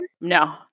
no